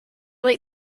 late